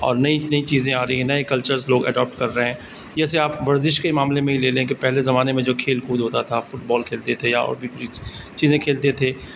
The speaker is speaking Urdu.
اور نئی نئی چیزیں آ رہی ہیں نئے کلچرس لوگ ایڈاپٹ کر رہے ہیں جیسے آپ ورزش کے معاملے میں ہی لے لیں کہ پہلے زمانے میں جو کھیل کود ہوتا تھا فٹبال کھیلتے تھے یا اور بھی چیزیں کھیلتے تھے